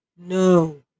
No